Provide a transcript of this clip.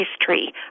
history